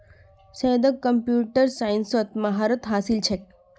सैयदक कंप्यूटर साइंसत महारत हासिल छेक